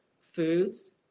foods